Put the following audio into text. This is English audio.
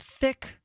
thick